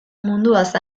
munduaz